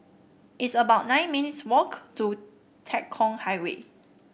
it's about nine minutes' walk to Tekong Highway